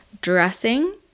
dressing